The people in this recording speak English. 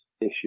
issue